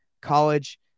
College